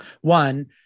One